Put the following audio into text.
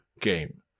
game